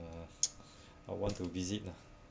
I want to visit lah